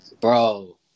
Bro